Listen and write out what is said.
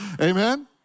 Amen